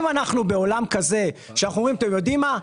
דרך אגב,